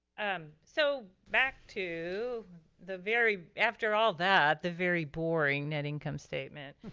um so back to the very, after all that, the very boring net income statement.